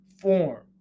form